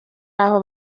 aho